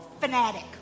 fanatic